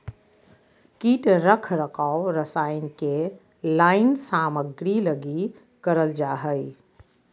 कीट रख रखाव रसायन के लाइन सामग्री लगी करल जा हइ